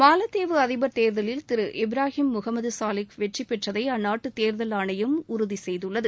மாலத்தீவு அதிபர் தேர்தலில் திரு இப்ராஹிம் முஹமது சாலிஹ் வெற்றி பெற்றதை அந்நாட்டு தேர்தல் ஆணையம் உறுதி செய்துள்ளது